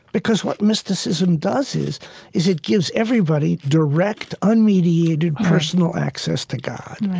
because what mysticism does is is it gives everybody direct, unmediated, personal access to god.